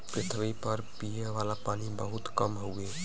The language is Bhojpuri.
पृथवी पर पिए वाला पानी बहुत कम हउवे